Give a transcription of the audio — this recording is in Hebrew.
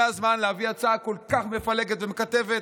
זה הזמן להביא הצעה כל כך מפלגת ומקטבת?